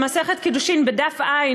במסכת קידושין בדף ע',